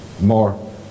more